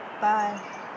Bye